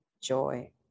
joy